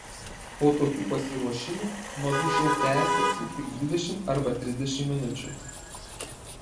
po tokių pasiruošimų madų šou tęsiasi tik dvidešimt arba trisdešimt minučių